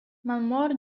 mamnor